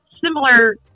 similar